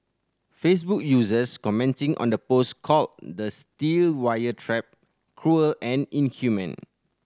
Facebook users commenting on the post called the steel wire trap cruel and inhumane